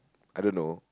I don't know